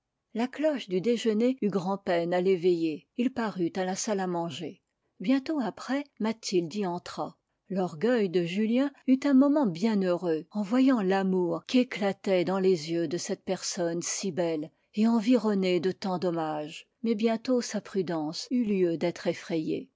la cloche du déjeuner eut grand'peine à l'éveiller il parut à la salle à manger bientôt après mathilde y entra l'orgueil de julien eut un moment bien heureux en voyant l'amour qui éclatait dans les yeux de cette personne si belle et environnée de tant d'hommages mais bientôt sa prudence eut lieu d'être effrayée